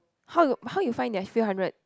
how you how you find there's few hundred